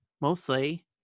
mostly